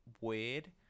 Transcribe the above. weird